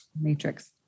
Matrix